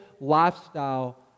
lifestyle